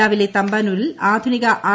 രാവിലെ തമ്പാനൂരിൽ ആധുനിക ആർ